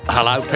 Hello